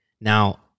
Now